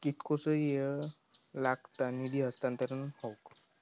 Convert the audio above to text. कितकोसो वेळ लागत निधी हस्तांतरण हौक?